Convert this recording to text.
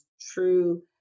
true